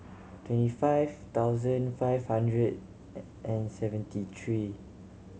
twenty five thousand five hundred and seventy three